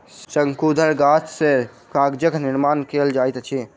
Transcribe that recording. शंकुधर गाछ सॅ कागजक निर्माण कयल जाइत अछि